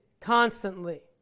Constantly